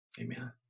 Amen